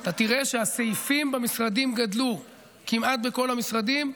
אתה תראה שהסעיפים במשרדים גדלו כמעט בכל המשרדים,